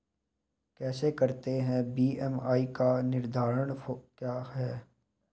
कैसे करते हैं बी.एम.आई का निर्धारण क्या है इसका फॉर्मूला?